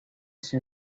sin